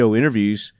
interviews